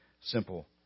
simple